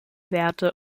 werte